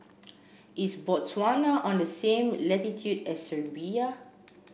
is Botswana on the same latitude as Serbia